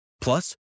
Plus